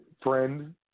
friend